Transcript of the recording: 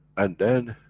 and then,